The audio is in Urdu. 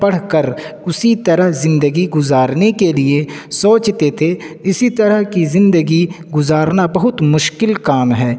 پڑھ کر اسی طرح زندگی گزارنے کے لیے سوچتے تھے اسی طرح کی زندگی گزارنا بہت مشکل کام ہیں